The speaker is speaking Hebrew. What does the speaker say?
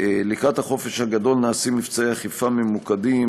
לקראת החופש הגדול נעשים מבצעי אכיפה ממוקדים,